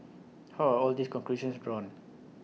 how are all these conclusions drawn